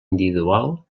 individual